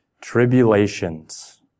tribulations